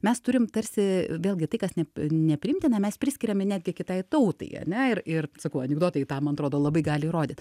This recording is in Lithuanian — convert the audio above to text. mes turim tarsi vėlgi tai kas ne nepriimtina mes priskiriame netgi kitai tautai ane ir ir sakau anekdotai tą man atrodo labai gali įrodyt